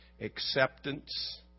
acceptance